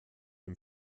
dem